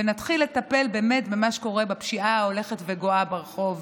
ונתחיל לטפל במה שקורה בפשיעה ההולכת וגואה ברחוב.